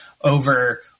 over